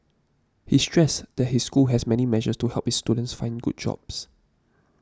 he stressed that his school has many measures to help its students find good jobs